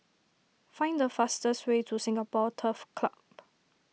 find the fastest way to Singapore Turf Club